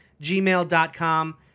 gmail.com